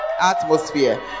Atmosphere